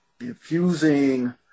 infusing